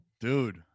dude